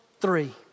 three